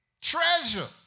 treasure